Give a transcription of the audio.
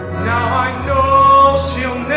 now i know she'll